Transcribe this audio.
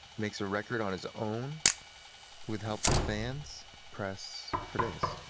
makes a record on his own with help of fans press for days.